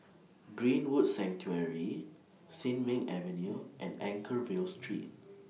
Greenwood Sanctuary Sin Ming Avenue and Anchorvale Street